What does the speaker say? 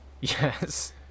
Yes